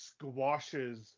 squashes